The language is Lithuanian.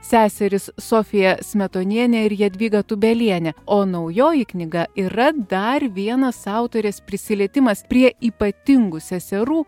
seserys sofija smetonienė ir jadvyga tūbelienė o naujoji knyga yra dar vienas autorės prisilietimas prie ypatingų seserų